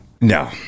No